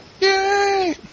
Yay